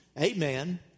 amen